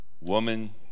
Woman